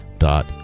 dot